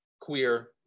queer